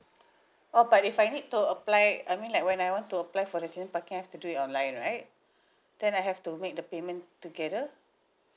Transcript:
oh but if I need to apply I mean like when I want to apply for the season parking I have to do it online right then I have to make the payment together